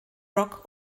rock